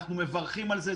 אנחנו מברכים על זה,